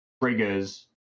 triggers